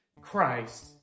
Christ